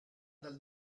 dal